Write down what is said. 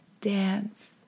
Dance